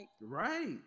Right